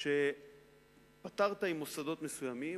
שפתרת עם מוסדות מסוימים,